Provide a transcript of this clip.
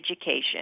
education